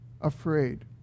afraid